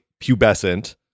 pubescent